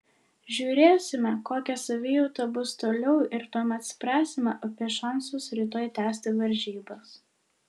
žiūrėsime kokia savijauta bus toliau ir tuomet spręsime apie šansus rytoj tęsti varžybas